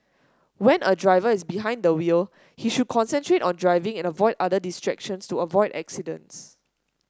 when a driver is behind the wheel he should concentrate on driving and avoid other distractions to avoid accidents